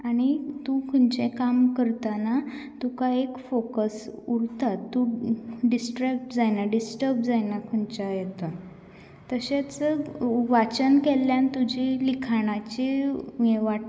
आनी तूं खंयचें काम करतना तुका एक फोकस उरतां तूं डिस्ट्रेक्ट जायना डिस्टब जायना खंयच्याय हेतून तशेंच वाचन केल्ल्यान तुजी लिखाणाची यें वाडटा